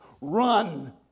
Run